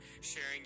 sharing